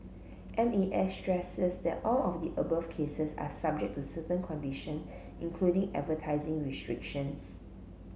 M A S stresses that all of the above cases are subject to certain condition including advertising restrictions